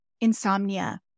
insomnia